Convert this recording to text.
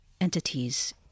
entities